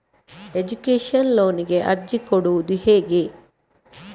Education ಲೋನಿಗೆ ಅರ್ಜಿ ಕೊಡೂದು ಹೇಗೆ?